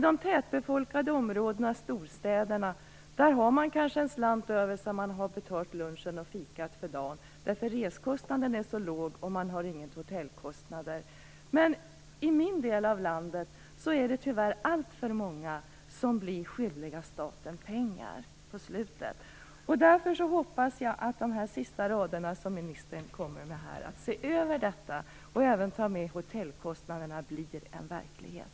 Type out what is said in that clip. I tätbefolkade områden och i storstäderna har man kanske en slant över sedan man betalat lunchen och fikat för dagen, eftersom resekostnaden är låg. Dessutom har man inga hotellkostnader. Men i den del av landet där jag bor är det, tyvärr, alltför många som på slutet blir skyldiga staten pengar. Därför hoppas jag att det som ministern säger sist i svaret om att se över detta och då även ta med hotellkostnaderna blir verklighet.